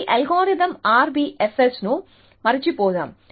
ఈ algorithm RBFS ను మరచిపోదాం